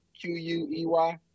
Q-U-E-Y